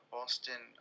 Boston